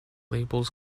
labels